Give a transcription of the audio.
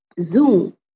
Zoom